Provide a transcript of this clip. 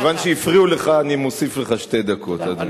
כיוון שהפריעו לך אני מוסיף לך שתי דקות, אדוני